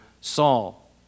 Saul